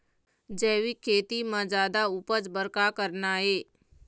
जैविक खेती म जादा उपज बर का करना ये?